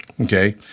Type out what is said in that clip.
Okay